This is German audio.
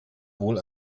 wohl